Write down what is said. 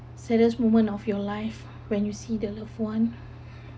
saddest moment of your life when you see the loved one